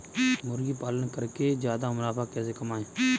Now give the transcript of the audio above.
मुर्गी पालन करके ज्यादा मुनाफा कैसे कमाएँ?